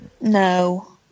No